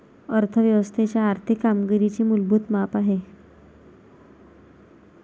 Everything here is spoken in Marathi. अर्थ व्यवस्थेच्या आर्थिक कामगिरीचे मूलभूत माप आहे